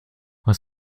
was